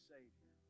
Savior